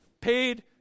paid